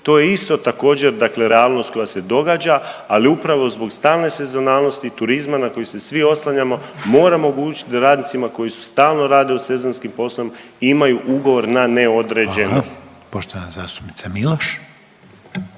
To je isto također dakle realnost koja se događa, ali upravo zbog stalne sezonalnosti i turizma na koji se svi oslanjamo mora omogućiti da radnicima koji stalno rade u sezonskim poslovima imaju ugovor na neodređeno. **Reiner, Željko